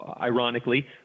ironically –